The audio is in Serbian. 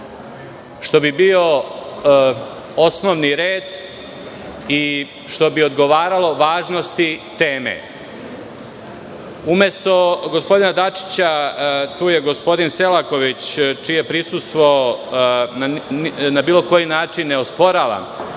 što bi bio osnovni red i što bi odgovaralo važnosti teme. Umesto gospodina Dačića tu je gospodin Selaković, čije prisustvo na bilo koji način ne osporavam,